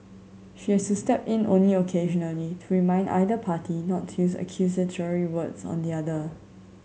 she has step in only occasionally to remind either party not to use accusatory words on the other